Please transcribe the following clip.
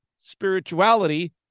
spirituality